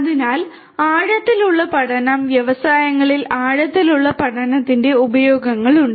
അതിനാൽ ആഴത്തിലുള്ള പഠനം വ്യവസായങ്ങളിൽ ആഴത്തിലുള്ള പഠനത്തിന്റെ ഉപയോഗങ്ങളുണ്ട്